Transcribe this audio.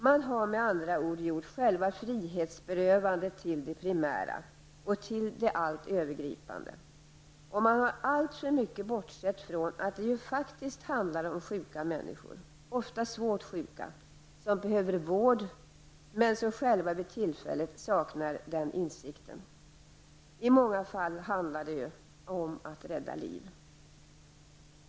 Man har med andra ord gjort själva frihetsberövandet till det primära och till det allt övergripande, och man har alltför mycket bortsett från att det ju faktiskt handlar om sjuka människor, ofta svårt sjuka, som behöver vård men som själva vid tillfället saknar den insikten. I många fall handlar det om att rädda liv.